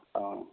ஆ